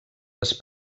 les